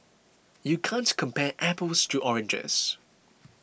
you can't compare apples to oranges